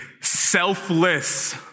selfless